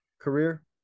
Career